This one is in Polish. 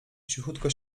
cichutko